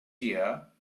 here